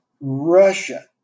Russia